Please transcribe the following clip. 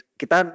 kita